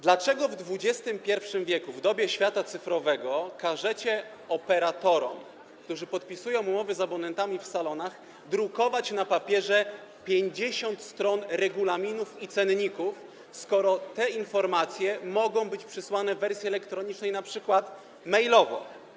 Dlaczego w XXI w., w dobie świata cyfrowego każecie operatorom, którzy podpisują umowy z abonentami w salonach, drukować na papierze 50 stron regulaminów i cenników, skoro te informacje mogą być przesłane w wersji elektronicznej np. mailowo?